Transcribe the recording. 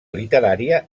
literària